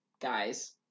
guys